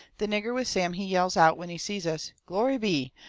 the nigger with sam he yells out, when he sees us glory be!